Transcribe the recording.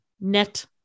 net